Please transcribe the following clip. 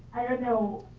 i don't know,